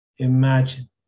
Imagine